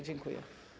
Dziękuję.